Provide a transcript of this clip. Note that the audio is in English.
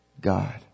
God